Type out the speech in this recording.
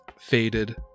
faded